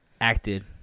acted